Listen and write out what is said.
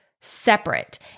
separate